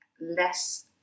less